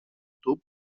tub